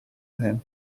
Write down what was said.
him